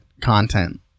content